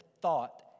thought